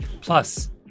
Plus